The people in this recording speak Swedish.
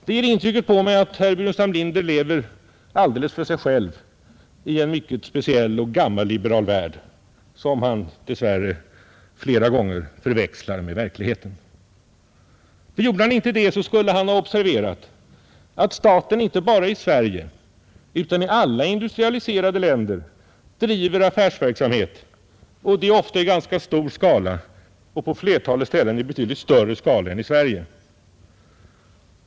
Det gjorde intrycket på mig att herr Burenstam Linder lever alldeles för sig själv i en mycket speciell och gammalliberal värld, som han dess värre flera gånger förväxlar med verkligheten. Gjorde han inte det, skulle han ha observerat att staten inte bara i Sverige utan i alla industrialiserade länder driver affärsverksamhet, ofta i ganska stor skala — på flertalet ställen i betydligt större skala än i Sverige.